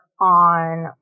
on